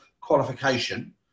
qualification